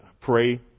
pray